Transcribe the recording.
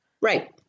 Right